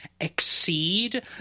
exceed